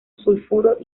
sulfuro